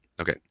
Okay